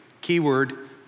Keyword